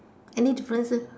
any differences